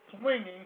swinging